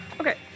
Okay